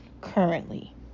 Currently